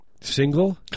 single